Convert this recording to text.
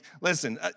listen